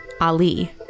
Ali